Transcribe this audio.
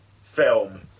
film